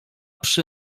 przy